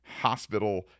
hospital